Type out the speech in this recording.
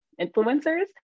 influencers